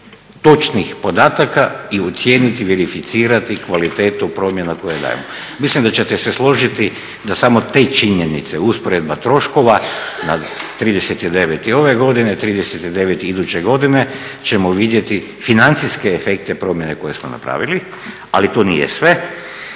točnih podataka i ocijeniti, verificirati kvalitetu promjena koje dajemo. Mislim da ćete se složiti da samo te činjenice, usporedba troškova na 30.09. ove godine, 30.09. iduće godine ćemo vidjeti financijske efekte promjene koje smo napravili, ali to nije sve,